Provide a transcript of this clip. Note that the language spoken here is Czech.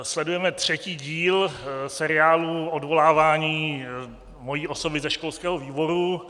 Sledujeme třetí díl seriálu odvolávání mojí osoby ze školského výboru.